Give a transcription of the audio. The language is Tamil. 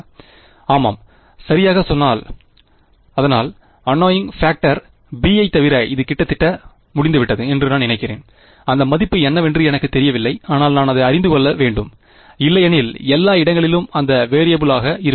மாணவர் ஆமாம் சரியாக அதனால் அந்நொயிங் பேக்டர் b ஐத் தவிர இது கிட்டத்தட்ட முடிந்துவிட்டது என்று நான் நினைக்கிறேன் அந்த மதிப்பு என்னவென்று எனக்குத் தெரியவில்லை ஆனால் நான் அதை அறிந்து கொள்ள வேண்டும் இல்லையெனில் எல்லா இடங்களிலும் அந்த ஒரு வெறியபிள் ஆக இருக்கும்